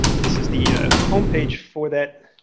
this is the home page for that.